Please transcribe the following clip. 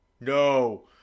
no